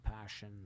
passion